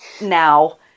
now